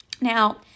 Now